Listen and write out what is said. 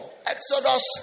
Exodus